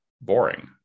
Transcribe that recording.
boring